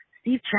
Steve